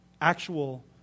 actual